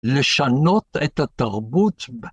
‫לשנות את התרבות.